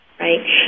Right